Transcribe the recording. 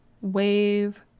wave